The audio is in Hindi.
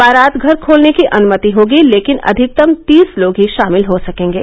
बारात घर खोलने की अनुमति होगी लेकिन अधिकतम तीस लोग ही शामिल हो सकेंगे